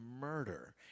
Murder